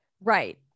Right